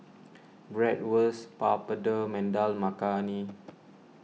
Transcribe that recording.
Bratwurst Papadum and Dal Makhani